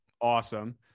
Awesome